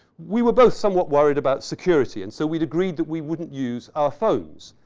we were both somewhat worried about security and so we agreed that we wouldn't use our phones.